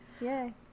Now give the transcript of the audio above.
Yay